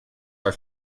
are